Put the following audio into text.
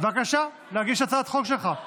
בבקשה להציג את הצעת חוק שלך.